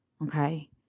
Okay